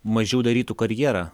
mažiau darytų karjerą